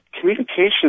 communication